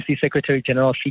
Secretary-General